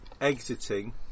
exiting